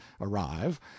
arrive